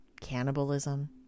Cannibalism